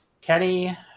Kenny